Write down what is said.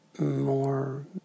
More